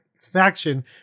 faction